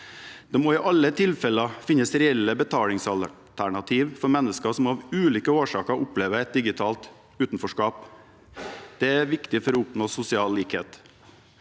Det må i alle tilfeller finnes reelle betalingsalternativer for mennesker som av ulike årsaker opplever et digitalt utenforskap. Det er viktig for å oppnå sosial likhet.